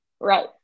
Right